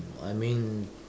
I mean